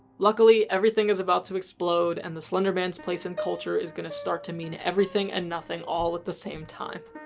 luckily, everything is about to explode and the slender man's place in culture is gonna start to mean everything and nothing all at the same time.